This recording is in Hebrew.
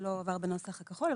לא עבר בנוסח הכחול,